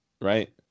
Right